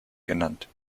genannt